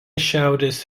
šiaurės